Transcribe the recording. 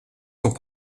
sont